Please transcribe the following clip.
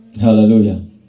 Hallelujah